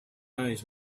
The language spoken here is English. eyes